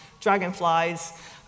dragonflies